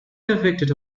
convicted